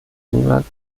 england